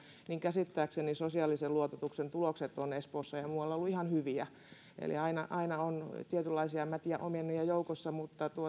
käsittääkseni sosiaalisen luototuksen tulokset ovat espoossa ja ja muualla olleet ihan hyviä aina aina on tietynlaisia mätiä omenia joukossa mutta